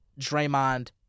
Draymond